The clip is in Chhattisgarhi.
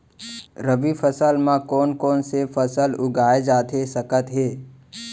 रबि फसल म कोन कोन से फसल उगाए जाथे सकत हे?